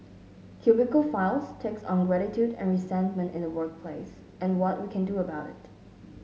cubicle Files takes on gratitude and resentment in the workplace and what we can do about it